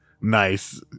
nice